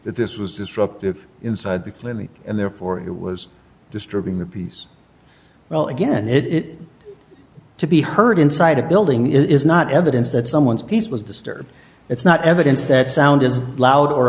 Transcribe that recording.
that this was disruptive inside the clinic and therefore it was disturbing the peace well again it it to be heard inside a building is not evidence that someone's piece was disturbed it's not evidence that sound is loud or